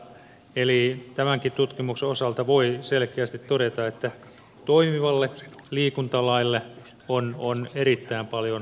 eli tämänkin tutkimuksen osalta voi selkeästi todeta että toimivalle liikuntalaille on erittäin paljon perusteita